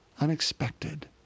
unexpected